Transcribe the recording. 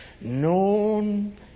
known